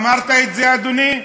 אמרת את זה, אדוני?